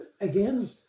Again